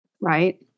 right